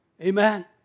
Amen